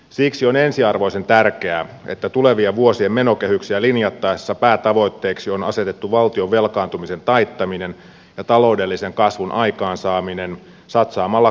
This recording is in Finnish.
siksi on ensiarvoisen tärkeää että tulevien vuosien menokehyksiä linjattaessa päätavoitteeksi on asetettu valtion velkaantumisen taittaminen ja taloudellisen kasvun aikaansaaminen satsaamalla kasvuyrittäjyyteen